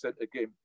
again